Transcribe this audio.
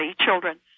children